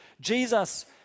Jesus